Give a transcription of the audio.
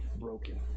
broken